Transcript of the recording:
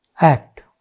Act